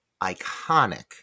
iconic